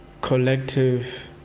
collective